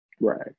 Right